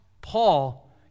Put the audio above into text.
Paul